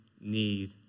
need